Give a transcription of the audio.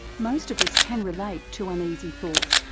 most of us can relate to uneasy thoughts,